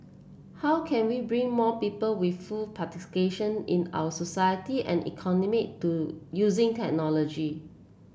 how can we bring more people with full participation in our society and economy to using technology